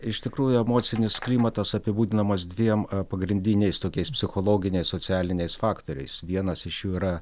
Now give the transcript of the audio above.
iš tikrųjų emocinis klimatas apibūdinamas dviem pagrindiniais tokiais psichologiniais socialiniais faktoriais vienas iš jų yra